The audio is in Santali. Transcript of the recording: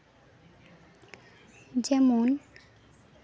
ᱡᱮᱢᱚᱱ